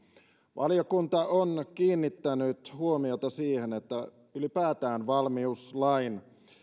valiokunta on kiinnittänyt huomiota siihen että ylipäätään valmiuslain